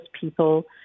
people